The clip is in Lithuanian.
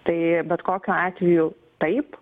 tai bet kokiu atveju taip